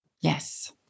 Yes